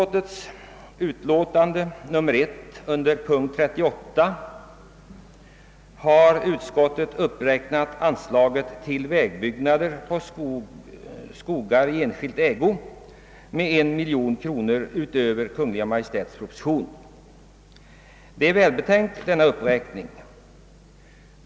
I sitt utlåtande nr 1 har jordbruksutskottet under punkten 38 uppräknat anslaget till Vägbyggnader på skogar i enskild ägo med 1 miljon kronor utöver Kungl. Maj:ts proposition. Denna uppräkning är välbetänkt.